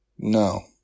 No